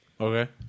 Okay